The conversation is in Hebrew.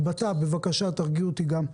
בט"פ, בבקשה, תרגיעו אותי גם.